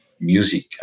music